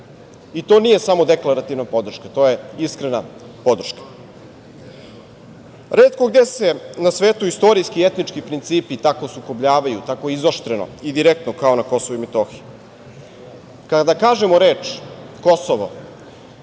I to nije samo deklarativna podrška, to je iskrena podrška. Retko gde se na svetu istorijski i etnički principi tako sukobljavaju, tako izoštreno i direktno kao na KiM. Kada kažemo reč - Kosovo,